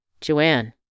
Joanne